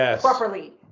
properly